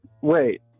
Wait